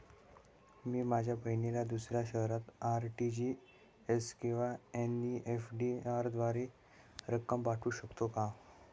मी माझ्या बहिणीला दुसऱ्या शहरात आर.टी.जी.एस किंवा एन.इ.एफ.टी द्वारे देखील रक्कम पाठवू शकतो का?